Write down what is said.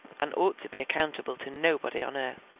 and ought to be accountable to nobody on earth.